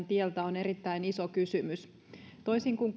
tieltä on erittäin iso kysymys toisin kuin